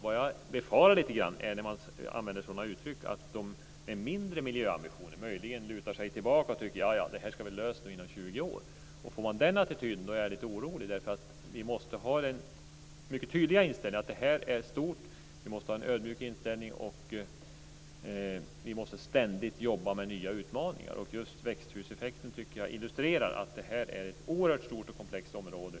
Vad jag lite grann befarar när man använder sådana uttryck är att de som har mindre miljöambitioner möjligen lutar sig tillbaka och tycker att detta ska vara löst inom 20 år. Och om man får den attityden blir jag lite orolig, därför att vi måste ha den mycket tydliga inställningen att detta är stort. Vi måste ha en ödmjuk inställning, och vi måste ständigt jobba med nya utmaningar. Och just växthuseffekten tycker jag illustrerar att detta är ett oerhört stort och komplext område.